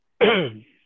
Okay